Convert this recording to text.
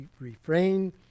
Refrain